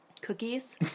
Cookies